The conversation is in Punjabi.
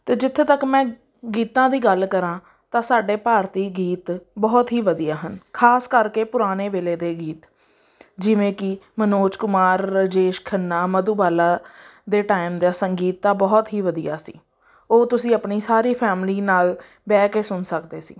ਅਤੇ ਜਿੱਥੇ ਤੱਕ ਮੈਂ ਗੀਤਾਂ ਦੀ ਗੱਲ ਕਰਾਂ ਤਾਂ ਸਾਡੇ ਭਾਰਤੀ ਗੀਤ ਬਹੁਤ ਹੀ ਵਧੀਆ ਹਨ ਖ਼ਾਸ ਕਰਕੇ ਪੁਰਾਣੇ ਵੇਲੇ ਦੇ ਗੀਤ ਜਿਵੇਂ ਕਿ ਮਨੋਜ ਕੁਮਾਰ ਰਾਜੇਸ਼ ਖੰਨਾ ਮਧੂਬਾਲਾ ਦੇ ਟਾਈਮ ਦਾ ਸੰਗੀਤ ਤਾਂ ਬਹੁਤ ਹੀ ਵਧੀਆ ਸੀ ਉਹ ਤੁਸੀਂ ਆਪਣੀ ਸਾਰੀ ਫੈਮਿਲੀ ਨਾਲ ਬਹਿ ਕੇ ਸੁਣ ਸਕਦੇ ਸੀ